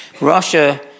Russia